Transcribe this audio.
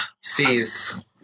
sees